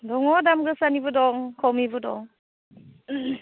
दङ दाम गोसानिबो दं खमनिबो दं